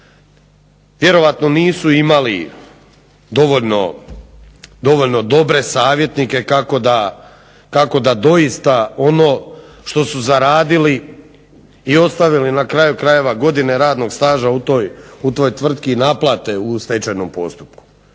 Vjerojatno nisu imali dovoljno dobro savjetnike kakao da doista ono što su zaradili i ostavili na kraju krajeva godine radnog staža u toj tvrtki naplate u stečajnom postupku.